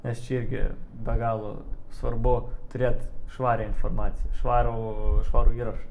nes čia irgi be galo svarbu turėt švarią informaciją švarų švarų įrašą